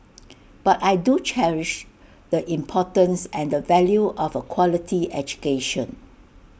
but I do cherish the importance and the value of A quality education